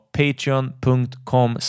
patreon.com